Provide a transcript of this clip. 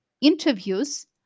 interviews